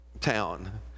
town